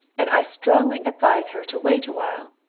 and i strongly advise her to wait a while.